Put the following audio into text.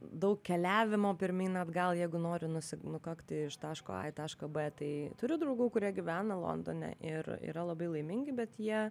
daug keliavimo pirmyn atgal jeigu nori nusi nukakti iš taško a į tašką b tai turiu draugų kurie gyvena londone ir yra labai laimingi bet jie